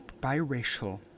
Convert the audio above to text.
biracial